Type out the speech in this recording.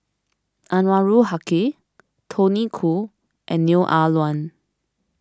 Anwarul Haque Tony Khoo and Neo Ah Luan